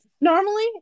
Normally